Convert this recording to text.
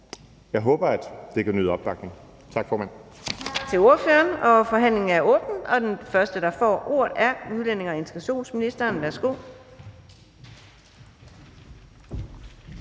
Jeg håber, at det kan nyde opbakning. Tak, formand.